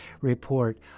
report